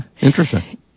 interesting